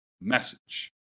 message